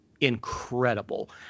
incredible